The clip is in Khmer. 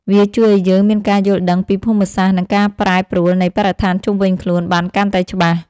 វាជួយឱ្យយើងមានការយល់ដឹងពីភូមិសាស្ត្រ និងការប្រែប្រួលនៃបរិស្ថានជុំវិញខ្លួនបានកាន់តែច្បាស់។